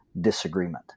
disagreement